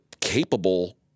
capable